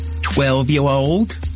Twelve-year-old